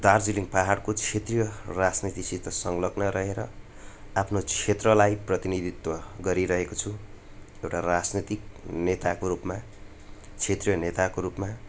दार्जिलिङ पाहाडको क्षेत्रीय राजनीतिसित सङलग्न रहेर आफ्नो क्षेत्रलाई प्रतिनिधित्व गरिरहेको छु र राजनीतिक नेताको रूपमा क्षेत्रीय नेताको रूपमा